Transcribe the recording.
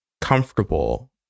comfortable